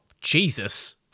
Jesus